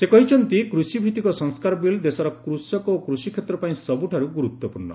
ସେ କହିଛନ୍ତି କୃଷିଭିତିକ ସଂସ୍କାର ବିଲ୍ ଦେଶର କୃଷକ ଓ କୃଷିକ୍ଷେତ୍ର ପାଇଁ ସବୁଠାରୁ ଗୁରୁତ୍ୱପୂର୍ଣ୍ଣ